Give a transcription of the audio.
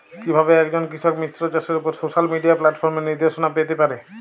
কিভাবে একজন কৃষক মিশ্র চাষের উপর সোশ্যাল মিডিয়া প্ল্যাটফর্মে নির্দেশনা পেতে পারে?